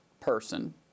person